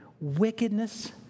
wickedness